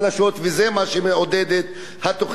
וזה מה שמעודדת התוכנית הזו,